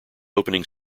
opening